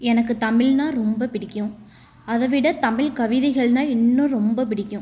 எனக்கு தமிழ்னா ரொம்ப பிடிக்கும் அதை விட தமிழ் கவிதைகள்னா இன்னும் ரொம்ப பிடிக்கும்